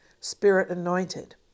Spirit-anointed